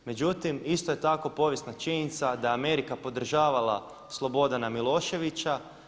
Međutim, isto je tako povijesna činjenica da je Amerika podržavala Slobodana Miloševića.